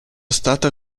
stata